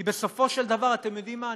כי בסופו של דבר, אתם יודעים מה?